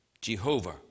Jehovah